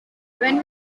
when